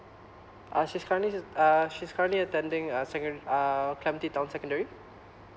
uh she's currently uh she's currently attending a second uh clementi town secondary